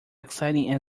exciting